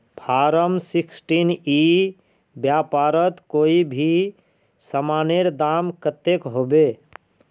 Form sixteen ई व्यापारोत कोई भी सामानेर दाम कतेक होबे?